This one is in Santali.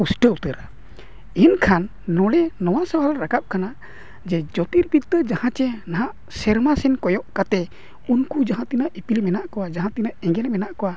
ᱯᱩᱥᱴᱟᱹᱣ ᱩᱛᱟᱹᱨᱟ ᱮᱱᱠᱷᱟᱱ ᱱᱚᱰᱮ ᱱᱚᱣᱟ ᱥᱟᱵᱟᱞ ᱨᱟᱠᱟᱵ ᱠᱟᱱᱟ ᱡᱮ ᱡᱳᱛᱤᱨ ᱵᱤᱫᱽᱫᱟᱹ ᱡᱟᱦᱟᱸ ᱪᱮ ᱱᱟᱦᱟᱜ ᱥᱮᱨᱢᱟ ᱥᱮᱱ ᱠᱚᱭᱚᱜ ᱠᱟᱛᱮᱫ ᱩᱱᱠᱩ ᱡᱟᱦᱟᱸ ᱛᱤᱱᱟᱹᱜ ᱤᱯᱤᱞ ᱢᱮᱱᱟᱜ ᱠᱚᱣᱟ ᱡᱟᱦᱟᱸ ᱛᱤᱱᱟᱹᱜ ᱮᱸᱜᱮᱞ ᱢᱮᱱᱟᱜ ᱠᱚᱣᱟ